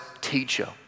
teacher